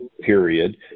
period